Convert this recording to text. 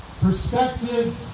perspective